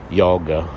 yoga